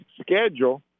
schedule